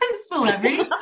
celebrity